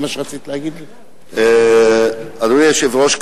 אדוני היושב-ראש,